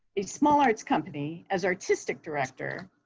a small arts company as artistic director,